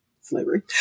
slavery